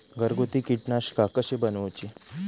घरगुती कीटकनाशका कशी बनवूची?